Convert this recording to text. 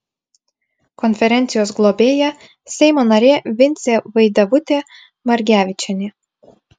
konferencijos globėja seimo narė vincė vaidevutė margevičienė